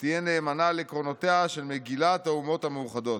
ותהיה נאמנה לעקרונותיה של מגילת האומות המאוחדות.